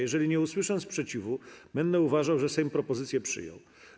Jeżeli nie usłyszę sprzeciwu, będę uważał, że Sejm propozycję przyjął.